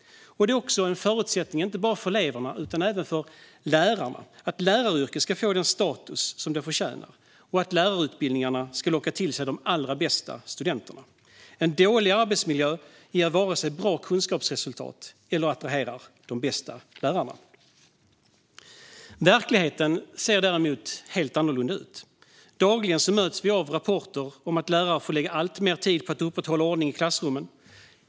Det är också en förutsättning inte bara för eleverna utan även för lärarna och för att läraryrket ska få den status som det förtjänar och att lärarutbildningarna ska locka till sig de allra bästa studenterna. En dålig arbetsmiljö ger varken bra kunskapsresultat eller attraherar de bästa lärarna. Verkligheten ser däremot annorlunda ut. Dagligen möts vi av rapporter om att lärare får lägga alltmer tid på att upprätthålla ordning i klassrummen.